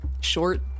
short